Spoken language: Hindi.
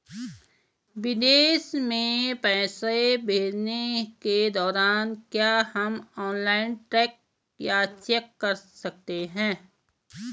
विदेश में पैसे भेजने के दौरान क्या हम ऑनलाइन ट्रैक या चेक कर सकते हैं?